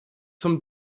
zum